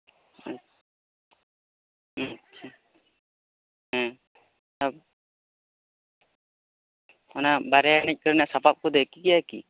ᱟᱪᱪᱷᱟ ᱦᱮᱸ ᱚᱱᱟ ᱵᱟᱨᱭᱟ ᱮᱱᱮᱡ ᱠᱚᱨᱮᱱᱟᱜ ᱥᱟᱯᱟᱵ ᱠᱚᱫᱚ ᱮᱠᱤ ᱜᱮᱭᱟ ᱠᱤ